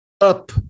up